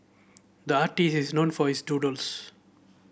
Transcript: the artist is known for his doodles